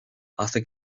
hace